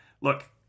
look